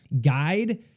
guide